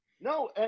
No